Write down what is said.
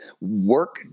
work